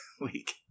week